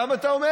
כמה, אתה אומר?